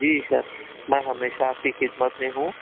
جی sir میں ہمیشہ آپ کی خدمت میں ہوں